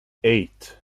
eight